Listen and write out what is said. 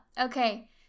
Okay